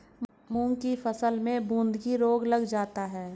मूंग की फसल में बूंदकी रोग लग जाता है